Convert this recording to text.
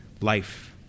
life